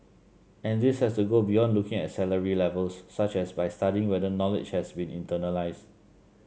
and this has to go beyond looking at salary levels such as by studying whether knowledge has been internalised